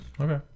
Okay